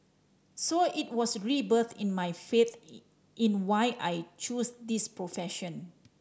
so it was a rebirth in my faith in why I chose this profession